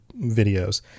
videos